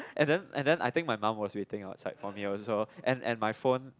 and then and then I think my mum was waiting outside for me also and and my phone